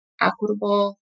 equitable